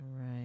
right